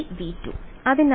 ഉള്ളിൽ V2